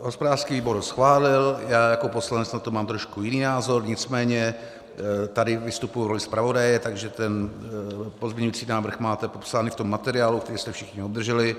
Hospodářský výbor schválil já jako poslanec na to mám trošku jiný názor, nicméně tady vystupuji v roli zpravodaje, takže pozměňující návrh máte popsaný v materiálu, který jste všichni obdrželi.